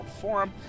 Forum